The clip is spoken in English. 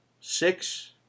Six